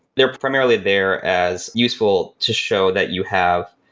they're primarily there as useful to show that you have,